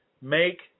make